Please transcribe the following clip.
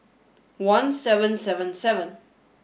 one seven seven seven